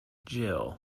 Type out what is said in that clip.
jill